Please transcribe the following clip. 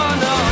no